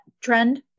trend